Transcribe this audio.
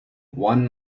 one